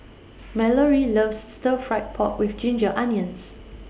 Mallory loves Stir Fry Pork with Ginger Onions